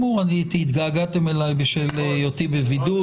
התגעגעתם אלי בשל היותי בבידוד,